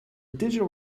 digital